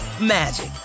magic